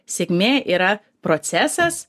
sėkmė yra procesas